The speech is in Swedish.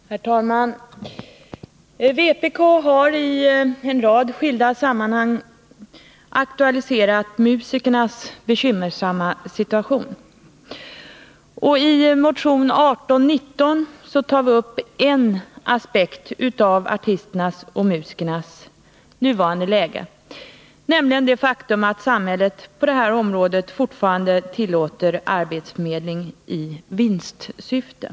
Ne Herr talman! Vpk har i en rad skilda sammanhang aktualiserat musikernas bekymmersamma situation. I motionen 1979/80:1819 tar vi upp en aspekt av artisternas och musikernas nuvarande situation, nämligen det faktum att samhället på detta område fortfarande tillåter arbetsförmedling i vinstsyfte.